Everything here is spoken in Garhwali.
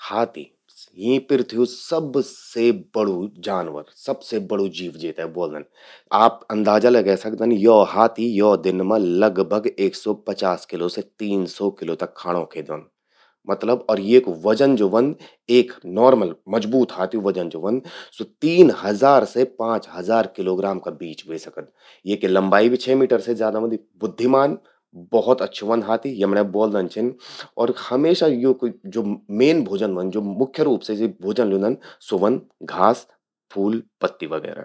हाथी..यीं पृथ्व्यू सबसे बड़ु जानवर, सबसे बड़ु जीव जेते ब्वोल्दन। अंदाजा लगे सकदन कि यौ हाथी एक दिन मां लगभग एक सौ पचास किलो से तीन सौ किलो खांणों खे द्योंद। मतलब, अर येकु वजन ज्वो ह्वोंद, एक नॉर्मल मजबूत हाथ्यू वजन ज्वो ह्वंद स्वो तीन हजार से पांच हजार किलोग्राम का बीच ह्वे सकद। येकि लंबाई भी छह मीटर से ज्यादा ह्वोंदि। बुद्धिमान भौत अच्छू ह्वोंद हाथी, यमण्यें ब्वोल्दन छिन और हमेशा येकू ज्वो मेन भोजन ह्वोंद, मुख्य रूप से सि भोजन ल्यूंदन घास, फूल, पत्ती वगैरह।